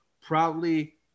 proudly